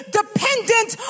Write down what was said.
dependent